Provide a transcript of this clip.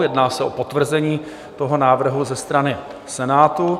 Jedná se o potvrzení toho návrhu ze strany Senátu.